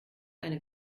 eine